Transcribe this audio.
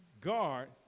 Guard